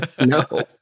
No